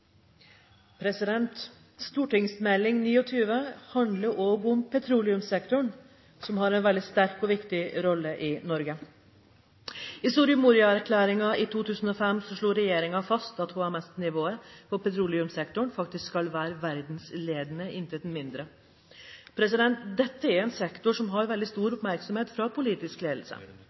viktig rolle i Norge. I Soria Moria-erklæringen fra 2005 slår regjeringen fast at HMS-nivået for petroleumssektoren skal være verdensledende, intet mindre. Dette er en sektor som får veldig stor oppmerksomhet fra politisk ledelse.